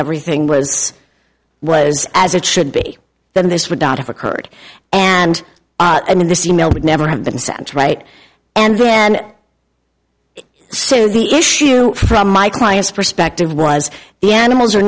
everything was was as it should be then this would not have occurred and in this e mail would never have been sent right and then so the issue from my client's perspective was the animals are